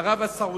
ערב-הסעודית,